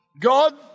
God